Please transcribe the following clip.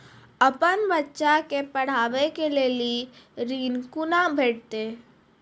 अपन बच्चा के पढाबै के लेल ऋण कुना भेंटते?